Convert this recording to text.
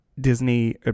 Disney